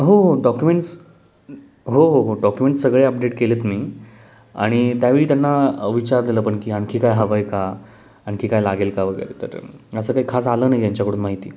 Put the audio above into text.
हो हो डॉक्युमेंट्स हो हो हो डॉक्युमेंट्स सगळे अपडेट केलेत मी आणि त्यावेळी त्यांना विचारलेलं पण की आणखी काय हवं आहे का आणखी काय लागेल का वगैरे तर असं काही खास आलं नाही यांच्याकडून माहिती